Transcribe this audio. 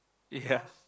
ya